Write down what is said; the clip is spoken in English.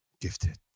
gifted